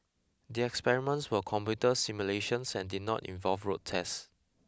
the experiments were computer simulations and did not involve road tests